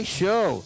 show